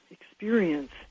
experience